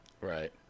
right